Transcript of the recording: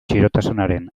txirotasunaren